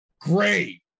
Great